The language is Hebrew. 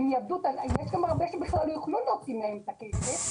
יש גם הרבה שלא יוכלו להוציא מהם את הכסף,